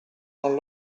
non